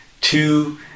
two